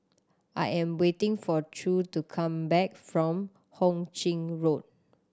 I am waiting for True to come back from Ho Ching Road